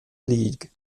league